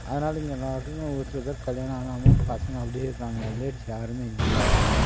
அதனால் இங்கே எல்லாருக்கும் ஒரு சில பேர் கல்யாணம் ஆகாமல் பசங்க அப்படியே இருக்காங்க லேடிஸ் யாருமே இல்லை அவ்வளோ